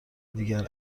دیگر